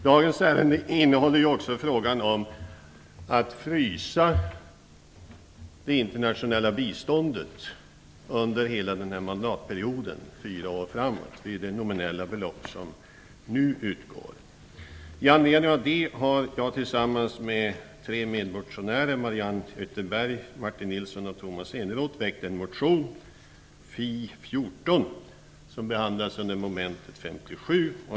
Dagens ärende innehåller också frågan om att frysa det internationella biståndet under den här mandatperioden, fyra år framåt, vid det nominella belopp som nu utgår. I anledning av det har jag tillsammans med Mariann Ytterberg, Martin Nilsson och Tomas Eneroth väckt en motion Fi14, som behandlas under mom. 57.